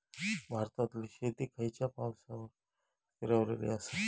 भारतातले शेती खयच्या पावसावर स्थिरावलेली आसा?